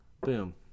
Boom